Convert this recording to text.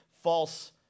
false